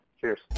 Cheers